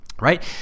right